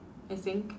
I think